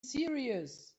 serious